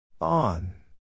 On